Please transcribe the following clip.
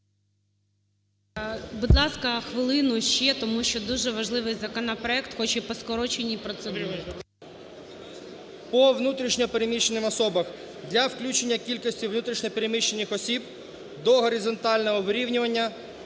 Будь ласка, хвилину ще, тому що дуже важливий законопроект, хоча і по скороченій процедурі. ДАНИЛЮК О.О. …по внутрішньо переміщеним особам для включення кількості внутрішньо переміщених осіб до горизонтального вирівнювання